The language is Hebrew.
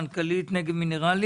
מנכ"לית "נגב מינרלים",